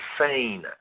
insane